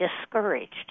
discouraged